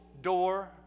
door